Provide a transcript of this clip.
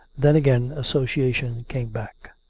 then, again, association came back.